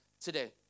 today